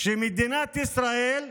שמדינת ישראל,